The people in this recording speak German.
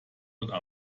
oder